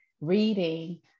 reading